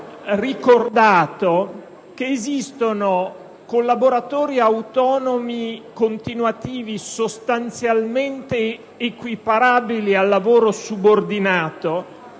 ricordato che esistono collaboratori autonomi continuativi sostanzialmente equiparabili ai lavoratori subordinati,